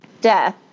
death